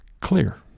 clear